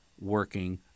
working